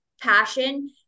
passion